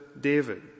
David